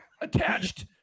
attached